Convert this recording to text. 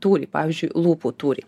tūrį pavyzdžiu lūpų tūrį